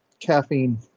caffeine